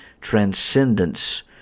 transcendence